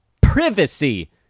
privacy